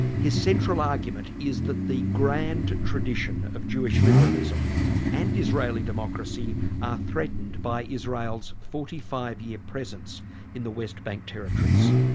his central argument is that the grand tradition of jewish liberalism and israeli democracy are threatened by israel's forty five year presence in the west bank territories.